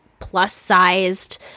plus-sized